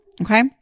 Okay